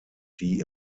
die